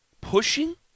pushing